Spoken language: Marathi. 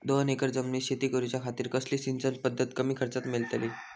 दोन एकर जमिनीत शेती करूच्या खातीर कसली सिंचन पध्दत कमी खर्चात मेलतली?